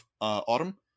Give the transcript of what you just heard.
autumn